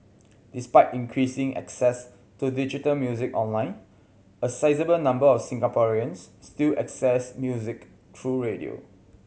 despite increasing access to digital music online a sizeable number of Singaporeans still access music through radio